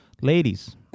Ladies